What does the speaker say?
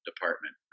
department